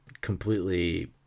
completely